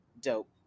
dope